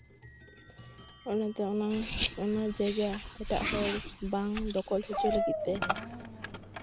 ᱚᱱᱟᱛᱮ ᱚᱱᱟ ᱚᱱᱟ ᱡᱟᱭᱜᱟ ᱮᱴᱟᱜ ᱦᱚᱲ ᱵᱟᱝ ᱫᱚᱠᱷᱚᱞ ᱦᱚᱪᱚ ᱞᱟᱹᱜᱤᱫ ᱛᱮ